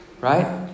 Right